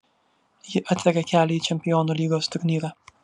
ji atveria kelią į čempionų lygos turnyrą